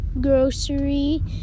grocery